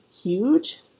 huge